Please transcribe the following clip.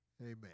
Amen